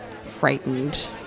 frightened